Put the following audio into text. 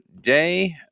day